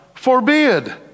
forbid